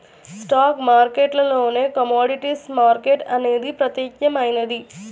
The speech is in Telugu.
స్టాక్ మార్కెట్టులోనే కమోడిటీస్ మార్కెట్ అనేది ప్రత్యేకమైనది